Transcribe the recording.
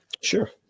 Sure